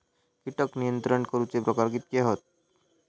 कीटक नियंत्रण करूचे प्रकार कितके हत?